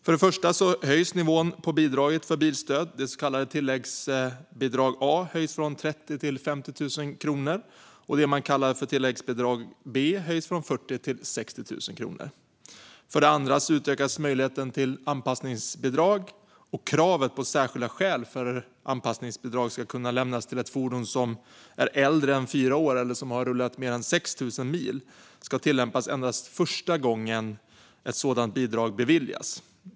För det första höjs nivån på bidraget för bilstöd. Det så kallade tilläggsbidrag A höjs från 30 000 kronor till 50 000 kronor. Det man kallar för tilläggsbidrag B höjs från 40 000 kronor till 60 000 kronor. För det andra utökas möjligheten till anpassningsbidrag. Kravet på särskilda skäl för att anpassningsbidrag ska kunna lämnas för ett fordon som är äldre än fyra år eller som har rullat mer än 6 000 mil ska tillämpas endast första gången ett sådant bidrag beviljas.